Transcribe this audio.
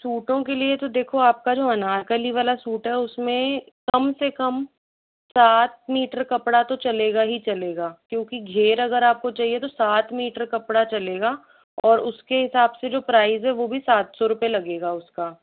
सूटों के लिए तो देखो आपका जो अनारकली वाला सूट है उसमें कम से कम सात मीटर कपड़ा तो चलेगा ही चलेगा क्योंकि घेर अगर आपको चाहिए तो सात मीटर कपड़ा चलेगा और उसके हिसाब से जो प्राइस है वह भी सात सौ रुपये लगेगा उसका